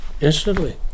instantly